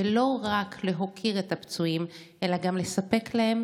לא רק להוקיר את הפצועים אלא גם לספק להם